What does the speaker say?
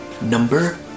Number